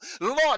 lord